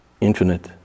infinite